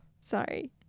sorry